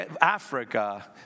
Africa